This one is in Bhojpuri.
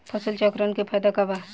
फसल चक्रण के फायदा का बा?